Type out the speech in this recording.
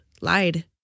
lied